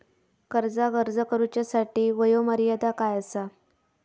कर्जाक अर्ज करुच्यासाठी वयोमर्यादा काय आसा?